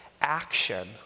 action